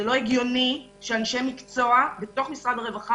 זה לא הגיוני שאנשי מקצוע בתוך משרד הרווחה